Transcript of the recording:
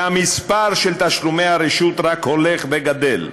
והמספר של תשלומי הרשות רק הולך וגדל: